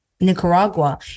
Nicaragua